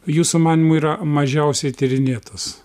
jūsų manymu yra mažiausiai tyrinėtas